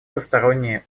посторонние